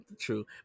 True